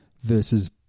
versus